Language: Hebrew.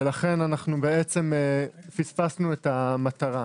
לכן פספסנו את המטרה,